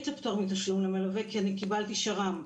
לפטור מתשלום למלווה כי אני קיבלתי שר"מ,